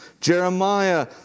Jeremiah